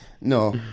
No